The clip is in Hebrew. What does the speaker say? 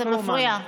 זה מפריע.